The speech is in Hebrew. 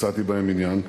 מצאתי בהם עניין רב.